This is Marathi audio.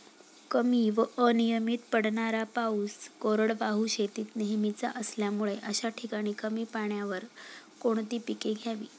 कमी व अनियमित पडणारा पाऊस हा कोरडवाहू शेतीत नेहमीचा असल्यामुळे अशा ठिकाणी कमी पाण्यावर कोणती पिके घ्यावी?